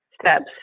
steps